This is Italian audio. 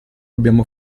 abbiamo